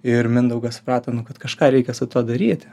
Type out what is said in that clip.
ir mindaugas suprato nu kad kažką reikia su tuo daryt